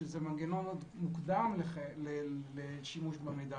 שזה מנגנון מוקדם לשימוש במידע,